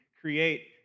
create